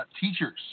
teachers